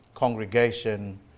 congregation